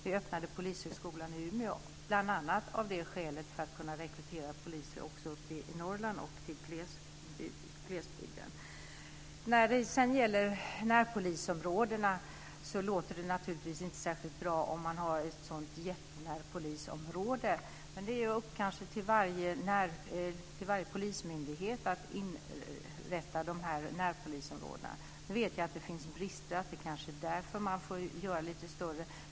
Vi öppnade en polishögskola i Umeå bl.a. av skälet att kunna rekrytera poliser också uppe i Norrland och i glesbygden. Det låter inte särskilt bra om man har så jättestora närpolisområden som Gunnel Wallin nämnde. Men det är upp till varje polismyndighet att inrätta närpolisområdena. Jag vet att det finns brister och att man därför får göra dem lite större.